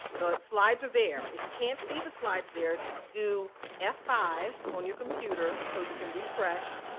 the slides are there. if you can't see the slides there, do f five on your computer, so you can refresh,